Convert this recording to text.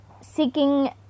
seeking